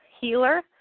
healer